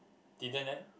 didn't and